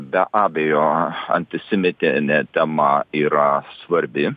be abejo antisemitinė tema yra svarbi